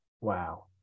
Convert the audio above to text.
Wow